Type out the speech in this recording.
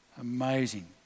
Amazing